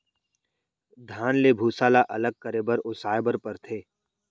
धान ले भूसा ल अलग करे बर ओसाए बर परथे